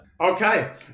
Okay